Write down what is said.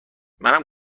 منم